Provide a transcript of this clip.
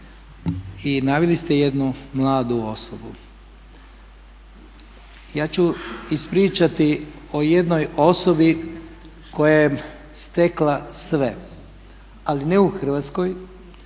i naveli ste jednu mladu osobu. Ja ću ispričati o jednoj osobi koja je stekla sve, ali ne u Hrvatskoj